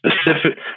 specific